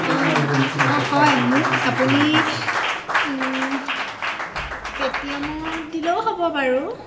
অঁ অঁ হয় মোক আপুনি পে'টিএমত দিলেও হ'ব বাৰু